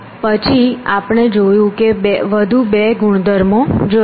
પછી આપણે જોયું કે વધુ બે ગુણધર્મો જોયા